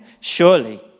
Surely